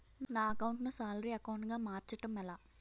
నా అకౌంట్ ను salary account గా మార్చటం ఎలా?